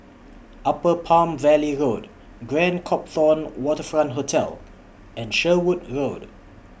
Upper Palm Valley Road Grand Copthorne Waterfront Hotel and Sherwood Road